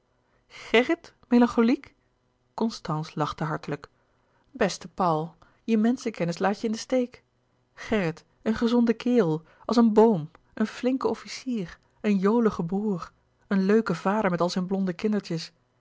melancholiek constance lachte hartelijk beste paul je menschenkennis laat je in den steek gerrit een gezonde kerel als een boom een flink officier een jolige broêr een leuke vader met al zijn blonde kindertjes